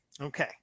Okay